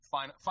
Final